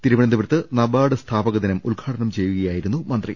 തിരുവനന്തപുരത്ത് നബാർഡ് സ്ഥാപകദിനം ഉദ്ഘാടനം ചെയ്യുകയായിരുന്നു മന്ത്രി